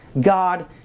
god